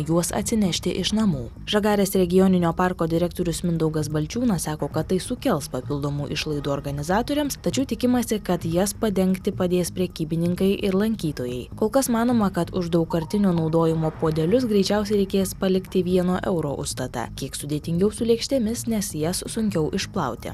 juos atsinešti iš namų žagarės regioninio parko direktorius mindaugas balčiūnas sako kad tai sukels papildomų išlaidų organizatoriams tačiau tikimasi kad jas padengti padės prekybininkai ir lankytojai kol kas manoma kad už daugkartinio naudojimo puodelius greičiausiai reikės palikti vieno euro užstatą kiek sudėtingiau su lėkštėmis nes jas sunkiau išplauti